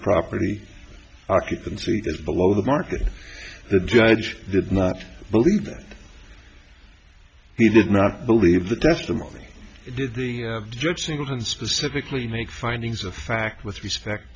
property occupancy that's below the market the judge did not believe that he did not believe the testimony did the job singleton specifically make findings of fact with respect